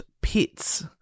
pits